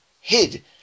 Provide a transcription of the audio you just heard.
hid